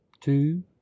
two